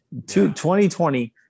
2020